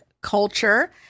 Culture